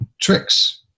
tricks